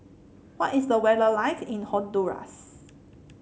what is the weather like in Honduras